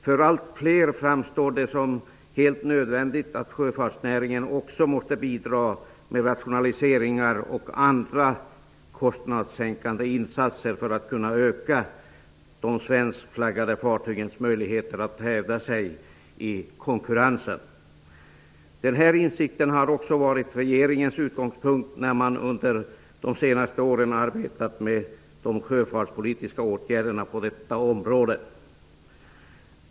För allt fler framstår det som helt nödvändigt att sjöfartsnäringen också måste bidra med rationaliseringar och andra kostnadssänkande insatser för att kunna öka de svenskflaggade fartygens möjligheter att hävda sig i konkurrensen. Denna insikt har också varit regeringens utgångspunkt när man under de senaste åren har arbetat med frågan om de sjöfartspolitiska åtgärderna.